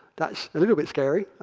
that's a little bit scary.